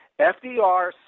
FDR